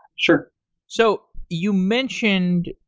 sure so you mentioned,